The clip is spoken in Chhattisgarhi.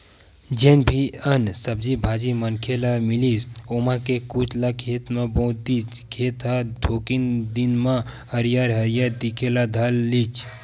जेन भी अन्न, सब्जी भाजी मनखे ल मिलिस ओमा के कुछ ल खेत म बो दिस, खेत ह थोकिन दिन म हरियर हरियर दिखे ल धर लिस